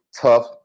tough